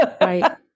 Right